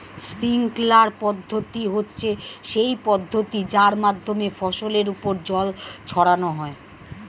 sprinkler পদ্ধতি হচ্ছে সেই পদ্ধতি যার মাধ্যমে ফসলের ওপর জল ছড়ানো হয়